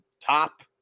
top